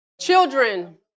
Children